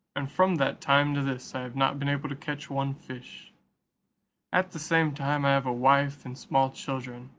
and from that time to this i have not been able to catch one fish at the same time i have a wife and small children,